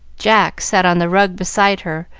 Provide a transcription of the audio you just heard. jack sat on the rug beside her,